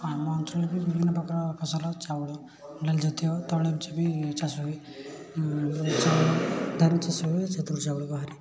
ଆମ ଅଞ୍ଚଳରେ ବି ବିଭିନ୍ନ ପ୍ରକାର ଫସଲ ଚାଉଳ ଡାଲି ଜାତୀୟ ତୈଳ ବି ଚାଷ ହୁଏ ଧାନ ଚାଷ ହୁଏ ସେଥିରୁ ଚାଉଳ ବାହାରେ